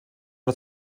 het